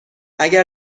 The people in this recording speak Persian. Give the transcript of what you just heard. اگر